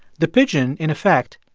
the pigeon, in effect,